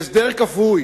הסדר כפוי